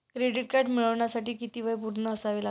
Credit card मिळवण्यासाठी किती वय पूर्ण असावे लागते?